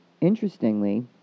Interestingly